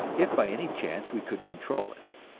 if by any chance we could control it.